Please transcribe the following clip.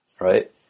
right